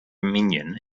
dominion